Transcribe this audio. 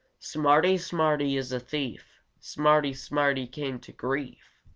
smarty, smarty is a thief! smarty, smarty came to grief!